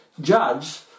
judge